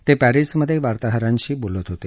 ते पॅरिसमधे वार्ताहरांशी बोलत होते